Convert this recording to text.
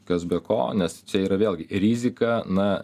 kas be ko nes čia yra vėlgi rizika na